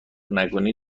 نکنی